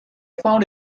found